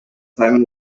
simon